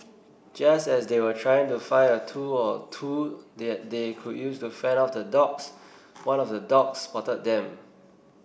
just as they were trying to find a tool or two that they could use to fend off the dogs one of the dogs spotted them